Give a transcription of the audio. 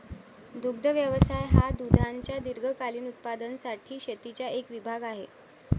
दुग्ध व्यवसाय हा दुधाच्या दीर्घकालीन उत्पादनासाठी शेतीचा एक विभाग आहे